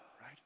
right